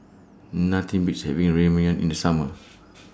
Nothing Beats having Ramyeon in The Summer